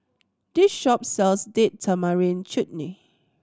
this shop sells Date Tamarind Chutney